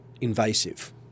invasive